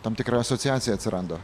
tam tikra asociacija atsirado